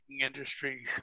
industry